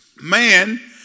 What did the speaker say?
Man